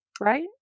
Right